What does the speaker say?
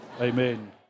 Amen